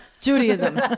Judaism